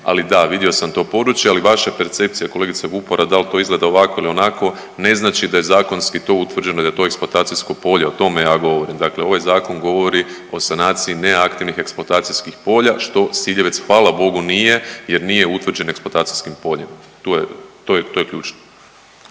ali da vidio sam to područje, ali vaša percepcija kolegice Vupora da li to izgleda ovako ili onako ne znači da je zakonski to utvrđeno da je to eksploatacijsko polje, o tome ja govorim. Dakle, ovaj zakon govori o sanaciji neaktivnih eksploatacijskih polja što Siljevec hvala Bogu nije jer nije utvrđen eksploatacijskim poljem. Tu je, to je ključno.